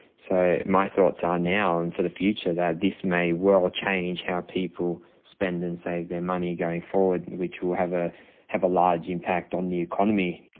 so my thoughts are now and for the future that this may well change how people spend and save their money going forward, which will have a have a large impact on the economy.